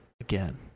again